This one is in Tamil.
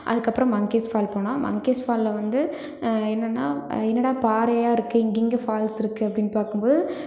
அதுக்கப்புறம் மங்க்கிஸ் ஃபால் போனோம் மங்க்கிஸ் ஃபாலில் வந்து என்னென்னா என்னடா பாறையாக இருக்கே இங்கே எங்கே ஃபால்ஸ் இருக்குது அப்படினு பார்க்கும் போது